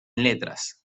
letras